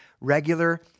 regular